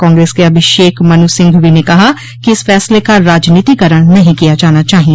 कांग्रेस के अभिषेक मनु सिंघवी ने कहा कि इस फैसले का राजनीतिकरण नहीं किया जाना चाहिए